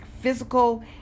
physical